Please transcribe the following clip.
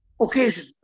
occasion